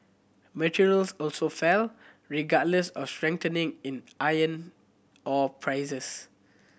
materials also fell regardless of a strengthening in iron ore prices